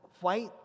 white